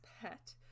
pet